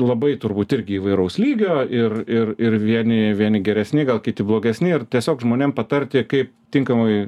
labai turbūt irgi įvairaus lygio ir ir ir vieni vieni geresni gal kiti blogesni ir tiesiog žmonėm patarti kaip tinkamai